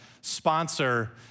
sponsor